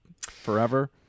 forever